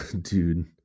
dude